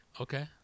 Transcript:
Okay